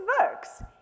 works